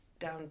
Down